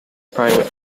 private